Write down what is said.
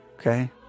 Okay